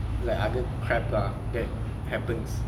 like other crap lah that happens